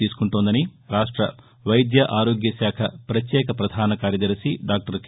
తీనుకుంటోందని రాష్ట వైద్య ఆరోగ్య శాఖ వత్యేక వధాన కార్యదర్శి డాక్టర్ కె